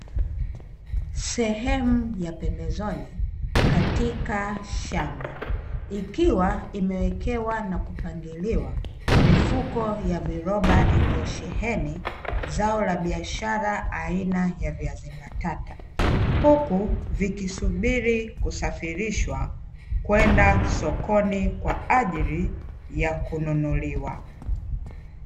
Sehemu ya pempezoni katika shamba, ikiwa imewekewa na kupangiliwa mifuko ya viroba iliyosheheni zao la biashara aina ya viazi mbatata, huku vikisubiri kusafirishwa kwenda sokoni kwa ajili ya kununuliwa.